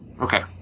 Okay